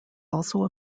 also